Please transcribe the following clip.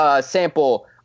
sample